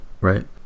right